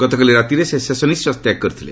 ଗତକାଲି ରାତିରେ ସେ ଶେଷ ନିଶ୍ୱାସ ତ୍ୟାଗ କରିଥିଲେ